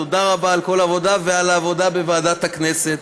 תודה רבה על כל העבודה ועל העבודה בוועדת הכנסת.